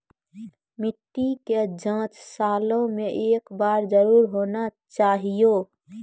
मिट्टी के जाँच सालों मे एक बार जरूर होना चाहियो?